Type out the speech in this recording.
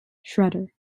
shredder